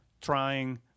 trying